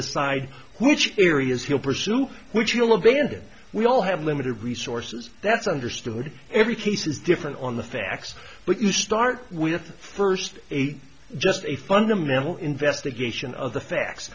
decide which areas he'll pursue which he will abandon we all have limited resources that's understood every case is different on the facts but you start with the first eight just a fundamental investigation of the facts